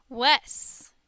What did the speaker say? Wes